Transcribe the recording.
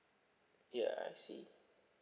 yeah I see